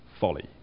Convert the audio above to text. folly